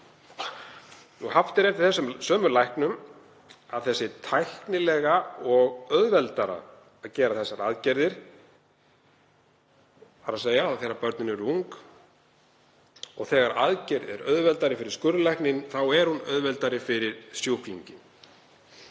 Haft er eftir þessum sömu læknum að það sé tæknilega auðveldara að gera þessar aðgerðir þegar börnin eru ung og þegar aðgerð er auðveldari fyrir skurðlækni er hún auðveldari fyrir sjúklinginn.